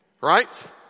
right